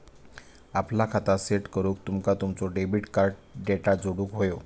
आपला खाता सेट करूक तुमका तुमचो डेबिट कार्ड डेटा जोडुक व्हयो